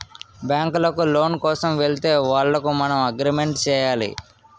బ్యాంకులకు లోను కోసం వెళితే వాళ్లకు మనం అగ్రిమెంట్ చేయాలి